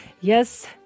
Yes